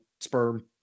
sperm